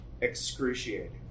excruciating